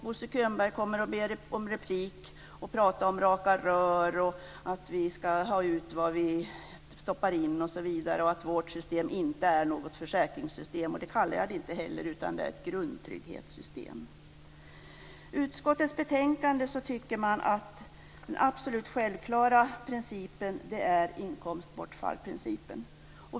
Bo Könberg kommer att begära replik och prata om raka rör, att vi ska ha ut vad vi stoppar in och att vårt system inte är något försäkringssystem. Det kallar jag det inte heller, utan det är ett grundtrygghetssystem. I utskottets betänkande hävdas inkomstbortfallsprincipen som den absolut självklara principen.